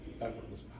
effortless